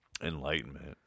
Enlightenment